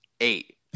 Eight